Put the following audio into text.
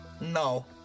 No